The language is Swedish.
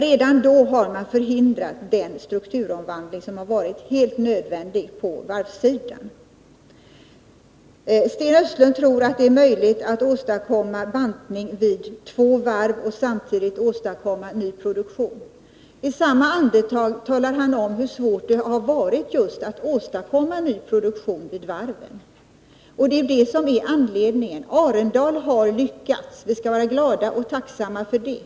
Redan då hade man förhindrat den strukturomvandling som har varit helt nödvändig på varvssidan. Sten Östlund tror att det är möjligt att åstadkomma bantning vid två varv och samtidigt åstadkomma ny produktion. Men i samma andetag talar han om hur svårt det har varit att åstadkomma just ny produktion vid varven. Arendals varv har lyckats, och vi bör vara glada och tacksamma för det.